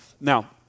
Now